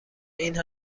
این